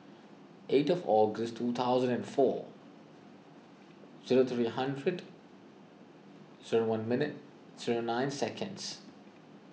eight of August two thousand and four zero three hundred zero one minute zero nine seconds